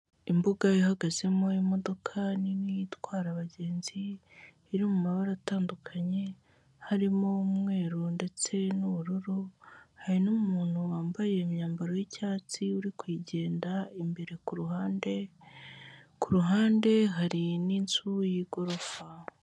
Imbuga ihagazemo imodoka nini itwara abagenzi, iri mu mabara atandukanye, harimo umweru ndetse n'ubururu, hari n'umuntu wambaye imyambaro y'icyatsi uri kuyigenda imbere ku ruhande, ku ruhande hari n'inzu y'igorofa.